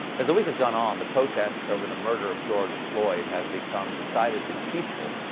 as the week has gone on, the protests over the murder of george floyd have become decidedly peaceful,